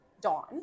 Dawn